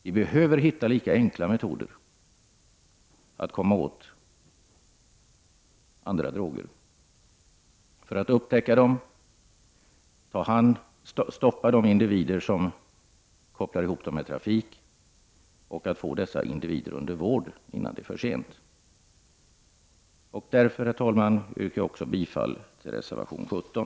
Vi behöver hitta lika enkla metoder för att komma åt andra droger — för att upptäcka dem, för att stoppa de individer som använder dem i trafiken och för att få dessa individer under vård innan det är för sent. Jag yrkar därför bifall även till reservation 17.